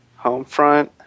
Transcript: Homefront